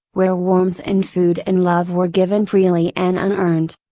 where warmth and food and love were given freely and unearned.